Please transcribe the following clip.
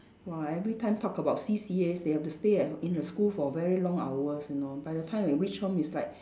!wah! every time talk about C_C_As they have to stay at h~ in the school for very long hours you know by the time they reach home it's like